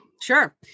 Sure